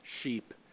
sheep